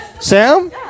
Sam